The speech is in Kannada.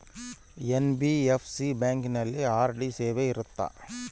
ಎನ್.ಬಿ.ಎಫ್.ಸಿ ಬ್ಯಾಂಕಿನಲ್ಲಿ ಆರ್.ಡಿ ಸೇವೆ ಇರುತ್ತಾ?